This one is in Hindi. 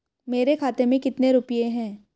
मेरे खाते में कितने रुपये हैं?